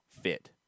fit